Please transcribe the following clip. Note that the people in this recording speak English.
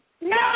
No